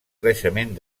creixement